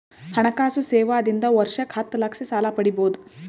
ಹಣಕಾಸು ಸೇವಾ ದಿಂದ ವರ್ಷಕ್ಕ ಹತ್ತ ಲಕ್ಷ ಸಾಲ ಪಡಿಬೋದ?